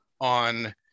on